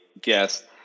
guest